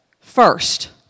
First